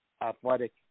Athletic